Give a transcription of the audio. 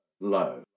low